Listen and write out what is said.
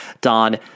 Don